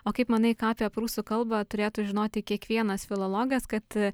o kaip manai ką apie prūsų kalbą turėtų žinoti kiekvienas filologas kad